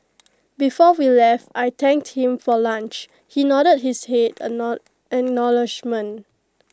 before we left I thanked him for lunch he nodded his A know acknowledgement